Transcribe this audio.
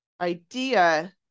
idea